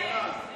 יועז, אתה,